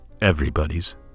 everybody's